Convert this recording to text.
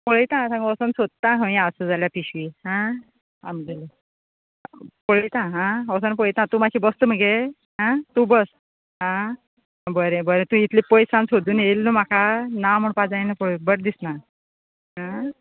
पळयता थंगा वोसोन सोदतां खंय आसा जाल्यार पिश्वी आं पळयतां आं वोसोन पळयता तूं मातशी बसता मगे आं तूं बस आं बरें बरें तूं इतले पयस सावन सोदून येले न्हू म्हाका ना म्हणपा जायना पळय बरें दिसना आं